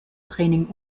training